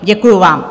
Děkuji vám.